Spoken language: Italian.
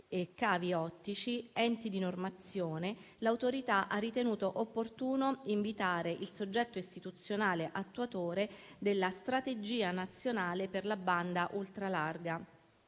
e cavi ottici, enti di normazione, l'Autorità ha ritenuto opportuno invitare il soggetto istituzionale attuatore della strategia nazionale per la banda ultralarga,